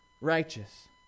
righteous